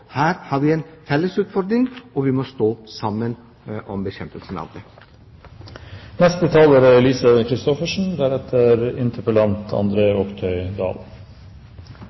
Her har vi en felles utfordring, og vi må stå sammen om